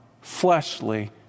fleshly